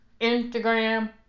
Instagram